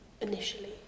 initially